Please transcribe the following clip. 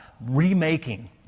remaking